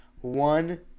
one